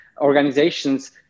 organizations